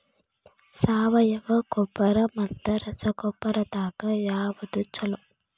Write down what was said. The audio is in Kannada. ಸಾವಯವ ಗೊಬ್ಬರ ಮತ್ತ ರಸಗೊಬ್ಬರದಾಗ ಯಾವದು ಛಲೋ?